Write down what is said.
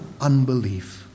unbelief